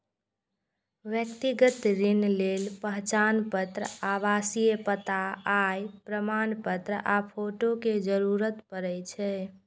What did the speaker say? व्यक्तिगत ऋण लेल पहचान पत्र, आवासीय पता, आय प्रमाणपत्र आ फोटो के जरूरत पड़ै छै